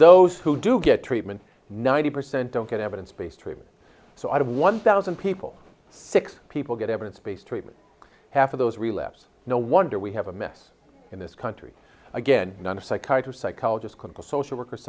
those who do get treatment ninety percent don't get evidence based treatment so i have one thousand people six people get evidence based treatment half of those relapse no wonder we have a mess in this country again not a psychiatrist psychologist compose social worker